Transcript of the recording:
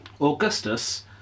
Augustus